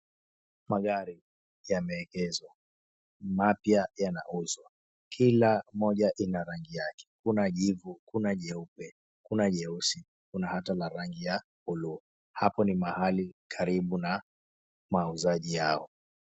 Magari yameegezwa mapya yanauzwa, kila moja ina rangi yake kuna jivu, jeupe, jeusi kuna hata ya rangi ya bluu hapo ni mahali karibu na mauzaji hayo.